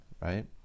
right